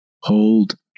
Hold